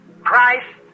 Christ